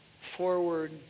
forward